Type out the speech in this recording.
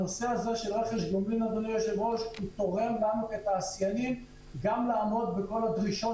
שהנושא הזה של רכש גומלין תורם גם לתעשיינים לעמוד בכל הדרישות